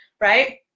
right